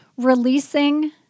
releasing